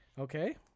Okay